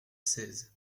seize